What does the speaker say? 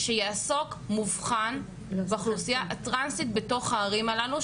שיעסוק במובחן באוכלוסייה הטרנסית בתוך הערים הללו,